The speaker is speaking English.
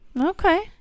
okay